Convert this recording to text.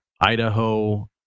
Idaho